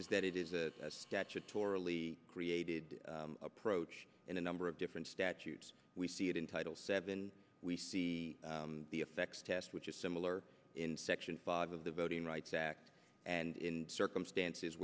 is that it is a statutorily created approach in a number of different statutes we see it in title seven we see the effects test which is similar in section five of the voting rights act and in circumstances